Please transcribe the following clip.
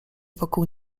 wokół